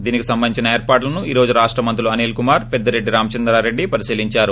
దీనికి సంబంధించిన ఏర్పాట్లను ఈ రోజు రాష్ట మంత్రులు అనిల్ కుమార్ పెద్దిరెడ్డి రామచంద్రారెడ్డి పరిశీలిందారు